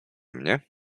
mnie